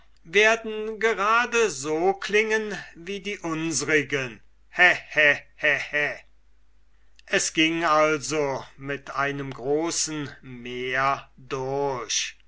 werden just so klingen wie die unsrigen hä hä hä hä es ging also mit einem großen mehr durch